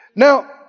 Now